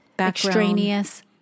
extraneous